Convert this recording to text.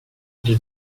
les